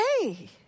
Hey